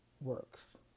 works